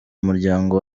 umuryango